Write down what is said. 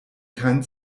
keinen